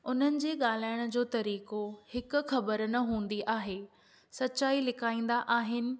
हुननि जे ॻाल्हाइण जो तरीक़ो हिकु ख़बर न हूंदी आहे सचाई लिकाईंदा आहिनि